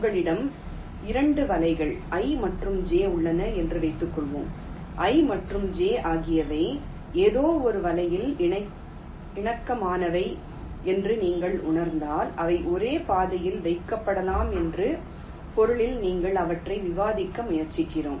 உங்களிடம் 2 வலைகள் i மற்றும் j உள்ளன என்று வைத்துக்கொள்வோம் I மற்றும் j ஆகியவை ஏதோவொரு வகையில் இணக்கமானவை என்று நீங்கள் உணர்ந்தால் அவை ஒரே பாதையில் வைக்கப்படலாம் என்ற பொருளில் நீங்கள் அவற்றை விவாதிக்க முயற்சிக்கிறோம்